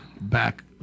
back